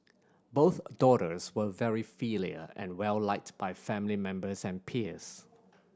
both daughters were very filial and well liked by family members and peers